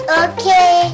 okay